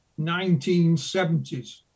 1970s